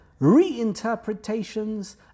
reinterpretations